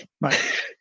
Right